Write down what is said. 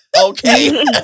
Okay